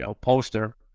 poster